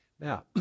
Now